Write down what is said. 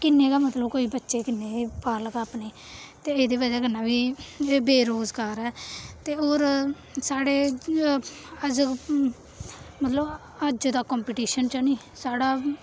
कि'न्ने गै मतलब कोई बच्चे कन्नै अपने ते इ'दी बजह कन्नै बी जेह्ड़े बेरोजगार न ते होर साढ़े मतलब अज्ज दा कांपटिश्न च निं बड़ा